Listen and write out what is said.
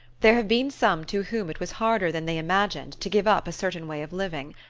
there have been some to whom it was harder than they imagined to give up a certain way of living,